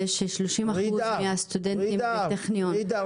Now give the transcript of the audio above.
ששלושים אחוז מהטכניון הם --- ג'ידא,